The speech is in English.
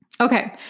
Okay